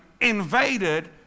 invaded